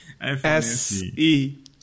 SE